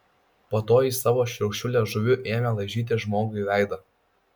po to jis savo šiurkščiu liežuviu ėmė laižyti žmogui veidą